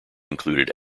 included